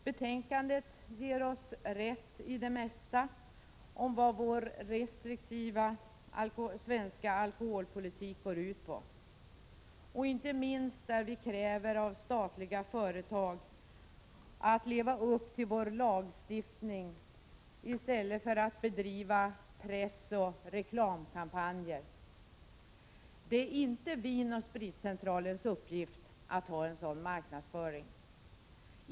Betänkandet ger oss rätt i det mesta om vad vår restriktiva svenska alkoholpolitik går ut på, inte minst där vi kräver att statliga företag skall leva upp till vår lagstiftning i stället för att bedriva pressoch reklamkampanjer. Det är inte Vin & Spritcentralens uppgift att ha en sådan marknadsföring.